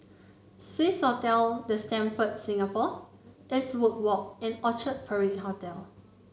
Swissotel The Stamford Singapore Eastwood Walk and Orchard Parade Hotel